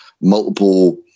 multiple